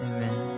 Amen